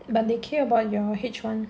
but they care about your H one